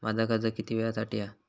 माझा कर्ज किती वेळासाठी हा?